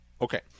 Okay